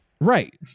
Right